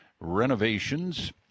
Renovations